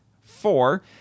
four